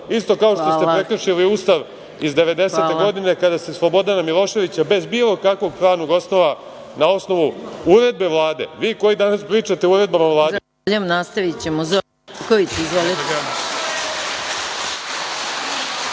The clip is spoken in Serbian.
isto kao što ste prekršili Ustav iz 1990. godine, kada ste Slobodana Miloševića, bez bilo kakvog pravnog osnova, na osnovu uredbe Vlade, vi koji danas pričate o uredbama Vlade…